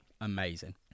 amazing